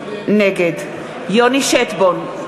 נגד יוני שטבון,